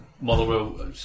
Motherwell